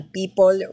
people